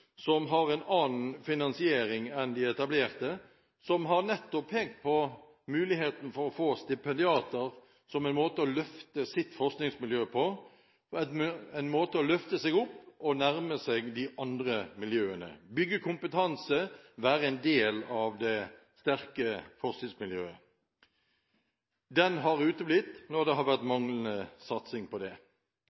som har en annen finansiering enn de etablerte, som nettopp har pekt på muligheten for å få stipendiater som en måte å løfte sitt forskningsmiljø på, en måte å løfte seg opp og nærme seg de andre miljøene på og en måte å bygge kompetanse og være en del av det sterke forskningsmiljøet på. Den har uteblitt når det har vært manglende satsing på det.